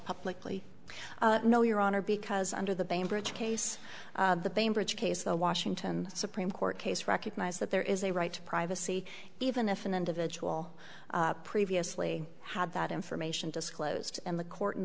publicly no your honor because under the banbridge case the bainbridge case the washington supreme court case recognized that there is a right to privacy even if an individual previously had that information disclosed in the court in